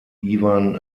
iwan